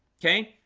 okay?